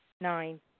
Nine